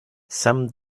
some